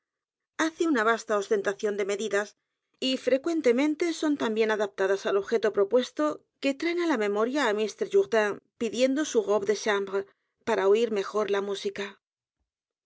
hace una vasta ostentación de m e d i d a s y frecuentemente son tan bien adaptadas al objeto propuesto que traen á la memoria á mr jourdain pidiendo su robe de chambre para oir mejor la música